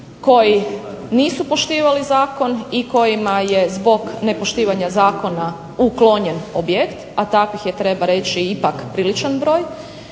koji nisu poštivali zakon i kojima je zbog nepoštivanja zakona uklonjen objekt, a takvih je treba reći ipak priličan broj.